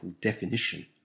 definition